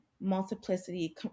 multiplicity